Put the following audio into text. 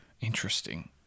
Interesting